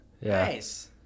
nice